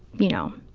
you know,